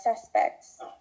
suspects